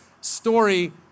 story